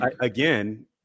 again